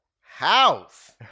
house